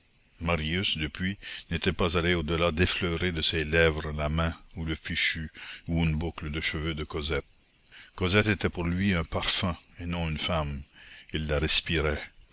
marius depuis n'était pas allé au-delà d'effleurer de ses lèvres la main ou le fichu ou une boucle de cheveux de cosette cosette était pour lui un parfum et non une femme il la respirait